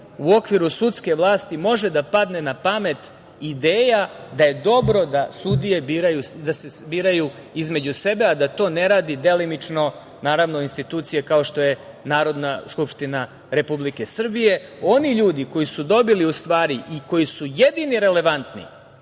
u okviru sudske vlasti može da padne na pamet ideja da je dobro da se sudije biraju između sebe, a da to ne radi delimično institucije kao što je Narodna skupština Republike Srbije? Oni ljudi koji su dobili, u stvari, i koji su jedini relevantni,